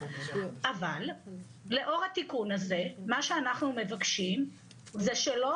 אבל לאור התיקון הזה מה שאנחנו מבקשים זה שלא